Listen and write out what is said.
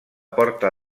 porta